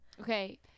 Okay